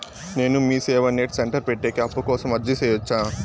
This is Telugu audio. నేను మీసేవ నెట్ సెంటర్ పెట్టేకి అప్పు కోసం అర్జీ సేయొచ్చా?